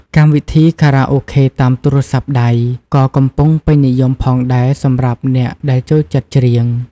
កម្មវិធីខារ៉ាអូខេតាមទូរស័ព្ទដៃ ក៏កំពុងពេញនិយមផងដែរសម្រាប់អ្នកដែលចូលចិត្តច្រៀង។